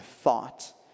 thought